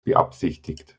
beabsichtigt